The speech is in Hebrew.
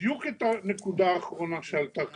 בדיוק את הנקודה האחרונה שעלתה כאן.